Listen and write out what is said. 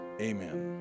Amen